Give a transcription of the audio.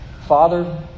Father